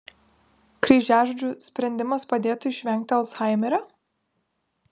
kryžiažodžių sprendimas padėtų išvengti alzhaimerio